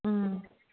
ꯎꯝ